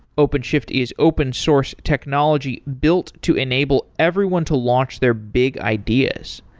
openshift is open source technology built to enable everyone to launch their big ideas.